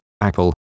Apple